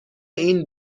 این